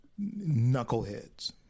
knuckleheads